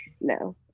No